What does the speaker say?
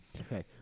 Okay